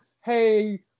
hey